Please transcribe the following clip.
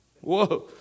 Whoa